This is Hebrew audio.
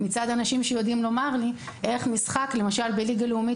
מצד אנשים שיודעים לומר לי איך משחק בליגה לאומית,